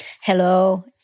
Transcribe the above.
Hello